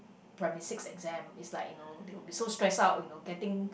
primary six exam its like you know they're be so stressed out you know getting